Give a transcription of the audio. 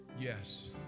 yes